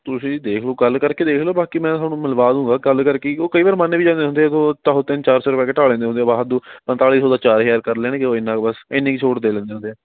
ਤੁਸੀਂ ਦੇਖ ਲਓ ਗੱਲ ਕਰਕੇ ਦੇਖ ਲਓ ਬਾਕੀ ਮੈਂ ਤੁਹਾਨੂੰ ਮਿਲਵਾ ਦੂੰਗਾ ਗੱਲ ਕਰਕੇ ਹੀ ਉਹ ਕਈ ਵਾਰ ਮੰਨ ਵੀ ਜਾਂਦੇ ਹੁੰਦੇ ਆ ਉਹ ਤਾਹੋ ਤਿੰਨ ਚਾਰ ਸੌ ਰੁਪਇਆ ਘਟਾ ਲੈਂਦੇ ਹੁੰਦੇ ਆ ਬਾਹਰ ਤੋਂ ਪੰਤਾਲੀ ਸੌ ਦਾ ਚਾਰ ਹਜ਼ਾਰ ਕਰ ਲੈਣਗੇ ਉਹ ਇੰਨਾ ਕੁ ਬਸ ਇੰਨੀ ਕੁ ਛੂਟ ਦੇ ਦਿੰਦੇ ਹੁੰਦੇ ਆ